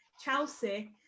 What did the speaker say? Chelsea